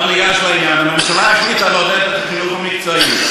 עכשיו ניגש לעניין: הממשלה החליטה לעודד את החינוך המקצועי.